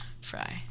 fry